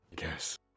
Yes